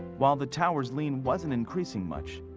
while the tower's lean wasn't increasing much,